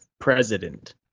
president